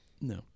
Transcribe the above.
No